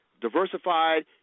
diversified